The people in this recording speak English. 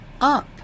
up